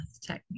technique